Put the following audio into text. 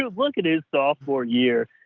um look at his sophomore year,